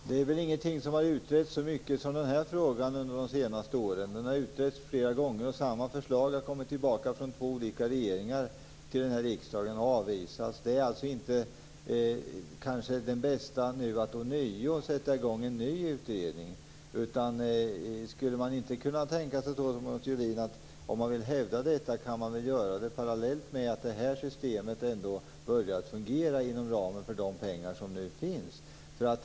Herr talman! Det är väl ingenting som har utretts så mycket under de senaste åren som den här frågan. Den har utretts flera gånger, och samma förslag har kommit tillbaka till den här riksdagen från två olika regeringar och avvisats. Det är alltså kanske inte det bästa att ånyo sätta igång en ny utredning. Skulle man inte kunna tänka sig, Thomas Julin, att om man vill hävda detta så kan man göra det parallellt med att det här systemet börjar fungera inom ramen för de pengar som nu finns?